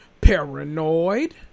Paranoid